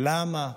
למה,